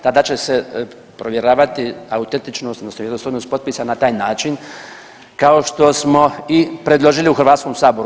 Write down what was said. Tada će se provjeravati autentičnost, odnosno vjerodostojnost potpisa na taj način kao što smo i predložili u Hrvatskom saboru.